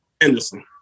Anderson